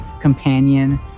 companion